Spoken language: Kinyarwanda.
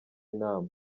inama